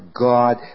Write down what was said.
God